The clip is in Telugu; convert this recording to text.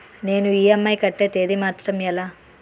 నేను ఇ.ఎం.ఐ కట్టే తేదీ మార్చడం ఎలా?